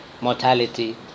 mortality